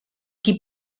qui